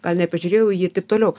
gal nepažiūrėjau į jį ir taip toliau